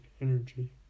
energy